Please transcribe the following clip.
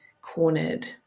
cornered